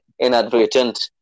inadvertent